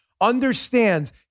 Understands